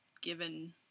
given